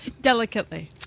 Delicately